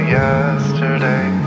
yesterday